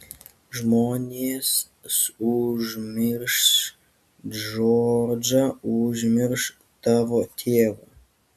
žmonės užmirš džordžą užmirš tavo tėvą